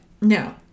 no